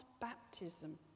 baptism